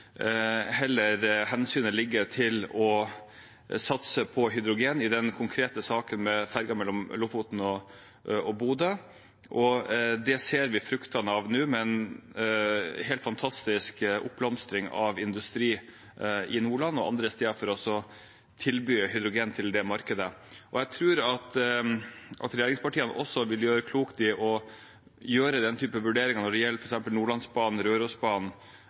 heller hensynet være å satse på hydrogen i den konkrete saken med ferja mellom Lofoten og Bodø, og det ser vi fruktene av nå, med en helt fantastisk oppblomstring av industri i Nordland og andre steder for å tilby hydrogen til det markedet. Jeg tror at regjeringspartiene også vil gjøre klokt i å gjøre den typen vurderinger når det gjelder f.eks. Nordlandsbanen,